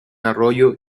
arroyo